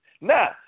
Now